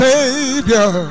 Savior